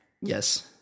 Yes